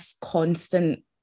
constant